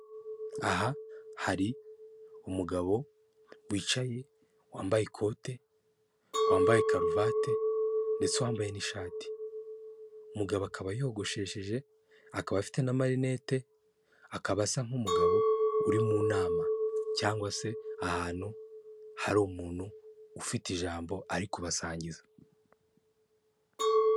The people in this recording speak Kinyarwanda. Aha hari umugabo wicaye wambaye ikote, wambaye karuvati ndetse wambaye n'ishati, umugabo akaba yogoshesheje, akaba afite n'amarinete akaba asa nk'umugabo uri mu nama cyangwa se ahantu hari umuntu ufite ijambo ari kubasangiza.